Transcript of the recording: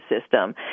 system